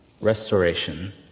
Restoration